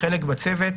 חלק בצוות,